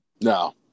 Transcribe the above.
No